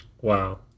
Wow